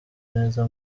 neza